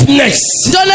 next